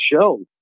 show